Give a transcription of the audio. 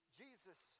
jesus